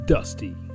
Dusty